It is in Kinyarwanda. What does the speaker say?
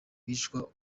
bicwa